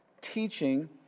teaching